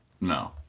No